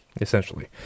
essentially